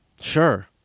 Sure